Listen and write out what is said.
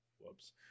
Whoops